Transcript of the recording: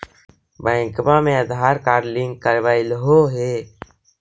बैंकवा मे Aadhaar card link करवैलहो है?